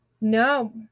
No